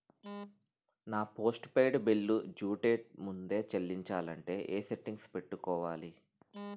నా postpaid bill due date ముందే చెల్లించాలంటే ఎ సెట్టింగ్స్ పెట్టుకోవాలి?